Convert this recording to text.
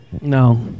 no